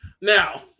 Now